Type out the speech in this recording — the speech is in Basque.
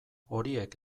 horiek